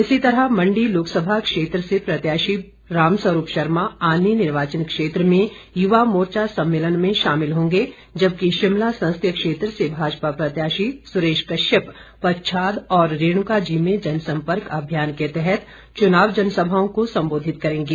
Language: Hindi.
इसी तरह मंडी लोकसभा क्षेत्र से प्रत्याशी रामस्वरूप शर्मा आनी निर्वाचन क्षेत्र में युवा मोर्चा सम्मेलन में शामिल होंगे जबकि शिमला संसदीय क्षेत्र से भाजपा प्रत्याशी सुरेश कश्यप पच्छाद और रेणुकाजी में जनसम्पर्क अभियान के तहत चुनाव जनसभाओं को संबोधित करेंगे